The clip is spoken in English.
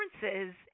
differences